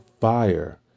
fire